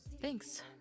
Thanks